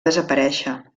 desaparèixer